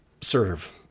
serve